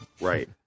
Right